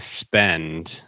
spend